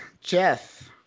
Jeff